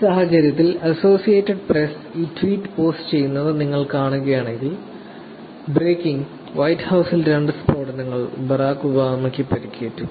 ഈ സാഹചര്യത്തിൽ associated press ഈ ട്വീറ്റ് പോസ്റ്റ് ചെയ്യുന്നത് നിങ്ങൾ കാണുകയാണെങ്കിൽ ബ്രേക്കിംഗ് വൈറ്റ് ഹൌസിൽ രണ്ട് സ്ഫോടനങ്ങൾ ബരാക് ഒബാമയ്ക്ക് പരിക്കേറ്റു